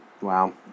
Wow